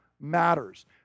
matters